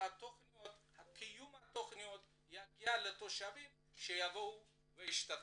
התכניות וקיומן יגיע לתושבים כדי שיבואו וישתתפו.